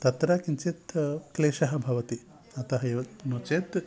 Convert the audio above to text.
तत्र किञ्चित् क्लेशः भवति अतः एव नो चेत्